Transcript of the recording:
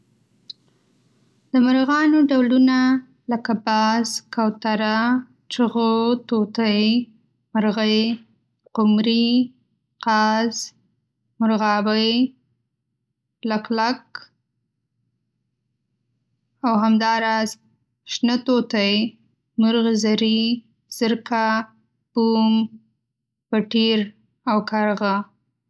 د مارغانو ډولونه لکه: باز، کوتره، چغو، توتی، مرغۍ، قمري، قاز، مرغابی، لک لک، او هدهد. همداراز، شنه توتی، مرغ زری، زرکه، بوم، بټیر، او کارغه.